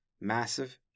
massive